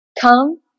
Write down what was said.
come